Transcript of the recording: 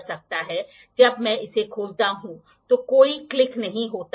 एक साधारण नियम इस नियम का पालन करना होगा